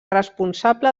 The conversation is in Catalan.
responsable